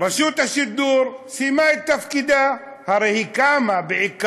רשות השידור סיימה את תפקידה.